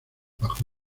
bajo